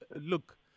look